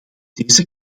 deze